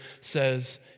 says